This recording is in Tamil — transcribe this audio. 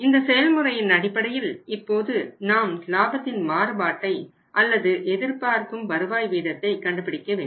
இந்த செயல்முறையின் அடிப்படையில் இப்போது நாம் லாபத்தின் மாறுபாட்டை அல்லது எதிர்பார்க்கும் வருவாய் வீதத்தை கண்டுபிடிக்க வேண்டும்